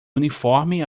uniforme